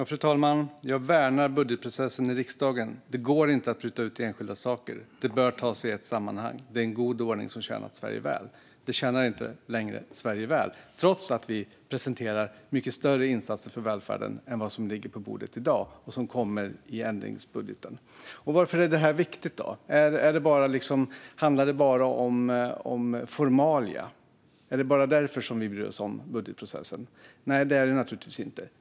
Fru talman! Tidigare sas det: Jag värnar budgetprocessen i riksdagen. Det går inte att bryta ut enskilda saker. Det bör tas i ett sammanhang. Det är en god ordning som har tjänat Sverige väl. Det tjänar alltså inte längre Sverige väl. Det tycker man trots att vi presenterar mycket större insatser för välfärden än vad som ligger på bordet i dag och som kommer i ändringsbudgeten. Varför är detta viktigt? Handlar det bara om formalia? Är det bara därför som vi bryr oss om budgetprocessen? Nej, så är det naturligtvis inte.